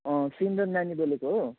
सुन्दर नानी बोलेको हो